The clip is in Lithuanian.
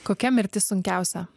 kokia mirtis sunkiausia